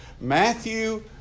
Matthew